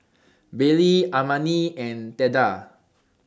Baylie Armani and Theda